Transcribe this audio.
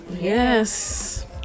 Yes